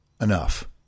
enough